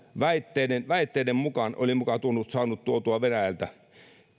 väitteiden väitteiden mukaan oli muka saanut tuotua venäjältä